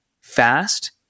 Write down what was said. fast